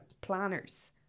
planners